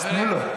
אז תנו לו.